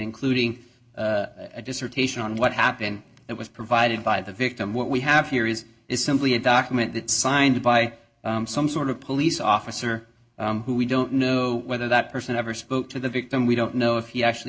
including a dissertation on what happened that was provided by the victim what we have here is is simply a document that signed by some sort of police officer who we don't know whether that person ever spoke to the victim we don't know if you actually